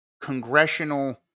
congressional